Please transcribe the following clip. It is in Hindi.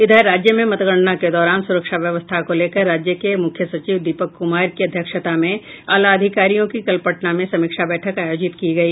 इधर राज्य में मतगणना के दौरान सुरक्षा व्यवस्था को लेकर राज्य के मुख्य सचिव दीपक कुमार की अध्यक्षता में आला अधिकारियों की कल पटना में समीक्षा बैठक आयोजित की गई